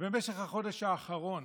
שבמשך החודש האחרון